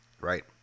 Right